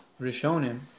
rishonim